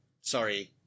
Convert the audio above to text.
Sorry